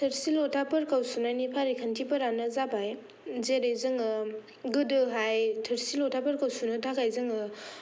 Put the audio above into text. थोरसि ल'थाफोरखौ सुनायनि फारि खान्थिफोरानो जाबाय जेरै जोङो गोदोहाय थोरसि ल'थाफोरखौ सुनो थाखाय जोङो